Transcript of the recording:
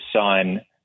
son